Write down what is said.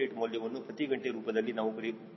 8 ಮೌಲ್ಯವನ್ನು ಪ್ರತಿ ಗಂಟೆ ರೂಪದಲ್ಲಿ ನಾವು ಪಡಿಸಬೇಕಾಗಿದೆ